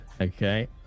Okay